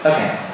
Okay